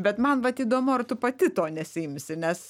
bet man vat įdomu ar tu pati to nesiimsi nes